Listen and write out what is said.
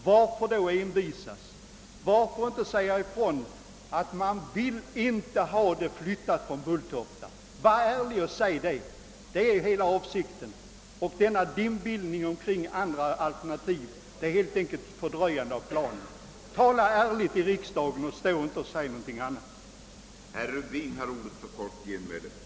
Varför då envisas? Varför inte säga ifrån, att ni inte vill flytta flygfältet från Bulltofta? Var ärlig och säg det! Det är hela avsikten. Denna dimbildning kring andra alternativ innebär helt enkelt att planen fördröjs. Tala ärligt i riksdagen och stå inte här och säg någonting som saknar verklighetsunderlag!